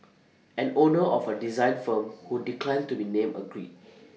an owner of A design firm who declined to be named agreed